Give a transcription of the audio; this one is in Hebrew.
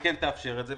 היא כן תאפשר את זה.